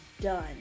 done